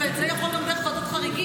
ואת זה אתה יכול גם דרך ועדת חריגים.